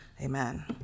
amen